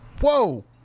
whoa